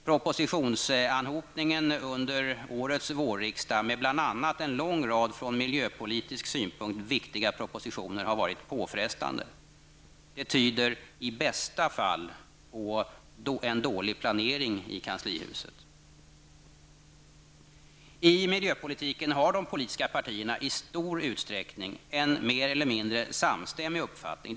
Propositionsanhopningen under årets vårriksdag med bl.a. en lång rad från miljöpolitisk synpunkt viktiga propositioner har varit påfrestande. Det tyder, i bästa fall, på en dålig planering i kanslihuset. I miljöpolitiken har de politiska partierna i stor utsträckning en mer eller mindre samstämmig uppfattning.